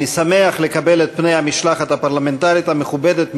אני שמח לקבל את פני המשלחת הפרלמנטרית המכובדת מברזיל,